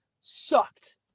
sucked